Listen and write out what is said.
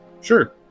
Sure